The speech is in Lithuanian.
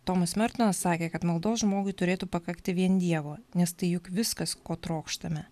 tomas mertonas sakė kad maldos žmogui turėtų pakakti vien dievo nes tai juk viskas ko trokštame